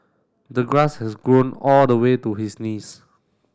the grass has grown all the way to his knees